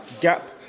gap